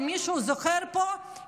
אם מישהו זוכר פה,